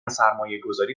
سرمایهگذاری